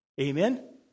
Amen